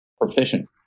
proficient